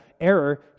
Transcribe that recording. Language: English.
error